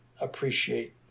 appreciate